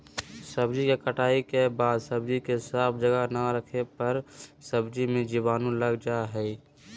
सब्जी के कटाई के बाद सब्जी के साफ जगह ना रखे पर सब्जी मे जीवाणु लग जा हय